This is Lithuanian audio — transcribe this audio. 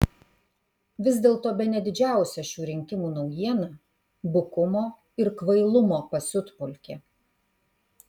vis dėlto bene didžiausia šių rinkimų naujiena bukumo ir kvailumo pasiutpolkė